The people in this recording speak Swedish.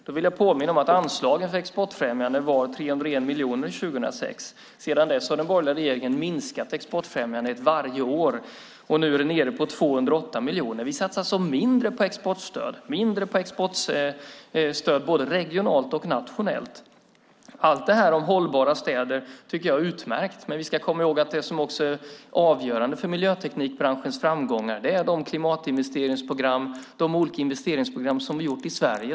Jag vill påminna om att anslagen för exportfrämjande var 301 miljoner 2006, och sedan dess har den borgerliga regeringen minskat exportfrämjandet varje år. Nu är det nere på 208 miljoner. Ni satsar alltså mindre på exportstöd både regionalt och nationellt. Jag tycker att allt detta om hållbara städer är utmärkt, men vi ska komma ihåg att det som är avgörande för miljöteknikbranschens framgångar är de klimatinvesteringsprogram och olika investeringsprogram som vi har gjort i Sverige.